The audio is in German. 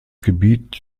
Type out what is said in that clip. gebiet